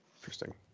Interesting